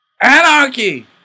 Anarchy